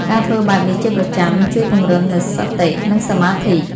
ការធ្វើបែបនេះជាប្រចាំ ជួយពង្រឹងនូវសតិ និងសមាធិ។